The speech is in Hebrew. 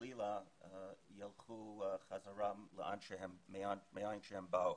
חלילה חזרו למקום ממנו באו.